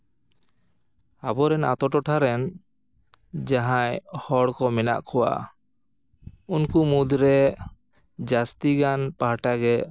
ᱟᱵᱚᱨᱮᱱ ᱟᱛᱳ ᱴᱚᱴᱷᱟ ᱨᱮᱱ ᱡᱟᱦᱟᱸᱭ ᱦᱚᱲ ᱠᱚ ᱢᱮᱱᱟᱜ ᱠᱚᱣᱟ ᱩᱱᱠᱩ ᱢᱩᱫᱽᱨᱮ ᱡᱟᱥᱛᱤᱜᱟᱱ ᱯᱟᱦᱴᱟᱜᱮ